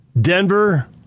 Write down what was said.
Denver